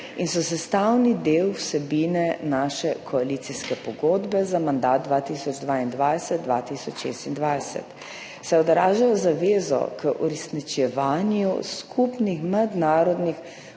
in so sestavni del vsebine naše koalicijske pogodbe za mandat 2022–2026, saj odražajo zavezo k uresničevanju skupnih mednarodnih